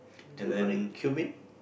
tumeric cumin